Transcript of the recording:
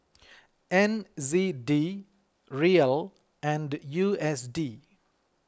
N Z D Riel and U S D